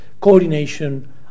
coordination